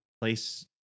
place